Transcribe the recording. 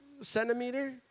centimeter